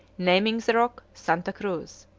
naming the rock santa cruz.